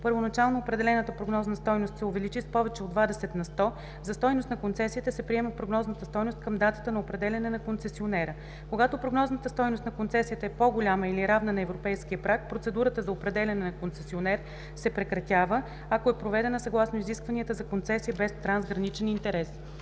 първоначално определената прогнозна стойност се увеличи с повече от 20 на сто, за стойност на концесията се приема прогнозната стойност към датата на определяне на концесионера. Когато прогнозната стойност на концесията е по-голяма или равна на европейския праг, процедурата за определяне на концесионер се прекратява, ако е проведена съгласно изискванията за концесия без трансграничен интерес.“